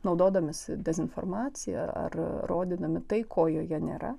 naudodamiesi dezinformacija ar rodydami tai ko joje nėra